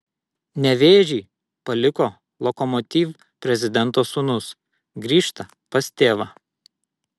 nevėžį paliko lokomotiv prezidento sūnus grįžta pas tėvą